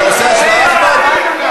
אתה עושה השוואה, אחמד?